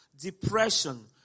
depression